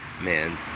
man